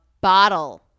bottle